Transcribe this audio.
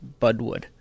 budwood